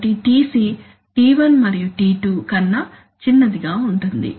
కాబట్టి Tc t 1 మరియు t2 కన్నా చిన్నదిగా ఉంటుంది